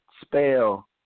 spell